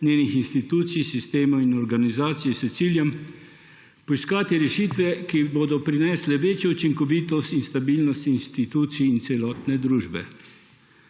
njenih institucij, sistema in organizacij s ciljem poiskati rešitve, ki bodo prinesle večjo učinkovitost in stabilnost institucij in celotne družbe.